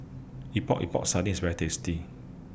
Epok Epok Sardin IS very tasty